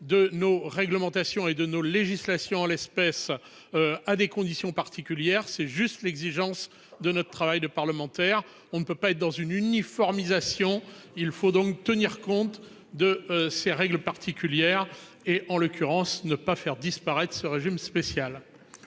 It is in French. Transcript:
de nos réglementations et de notre législation à des conditions particulières relève de l'exigence de notre travail de parlementaires. Nous ne pouvons pas être dans l'uniformisation. Il faut tenir compte des règles particulières et, en l'occurrence, ne pas faire disparaître ce régime spécial.